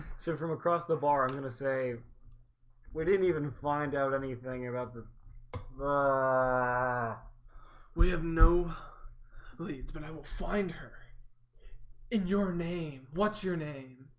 sir from across the bar, i'm gonna say we didn't even find out anything about them ah we have no leads, but i will find her in your name, what's your name?